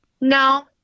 No